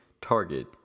target